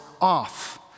off